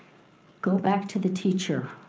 go back to the teacher,